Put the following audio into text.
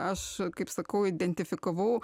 aš kaip sakau identifikavau